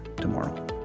tomorrow